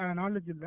knowledge